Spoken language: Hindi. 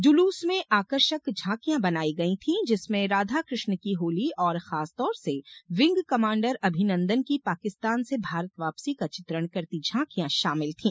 जुलूस में आकर्षक झांकियां बनायी गयी थी जिसमें राधा कृष्ण की होली और खास तौर से विंग कमांडर अभिनंदन की पाकिस्तान से भारत वापसी का चित्रण करती झांकियां शामिल थी